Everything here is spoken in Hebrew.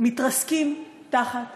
מתרסקים תחת